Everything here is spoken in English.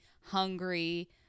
hungry